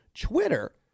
Twitter